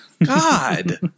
god